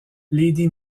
lady